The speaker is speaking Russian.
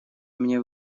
мне